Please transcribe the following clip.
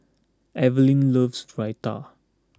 Evelyn loves Raita